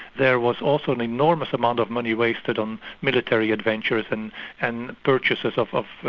there was also an enormous amount of money wasted on military adventures and and purchases of of